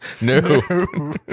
No